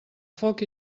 foc